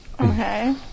Okay